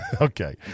Okay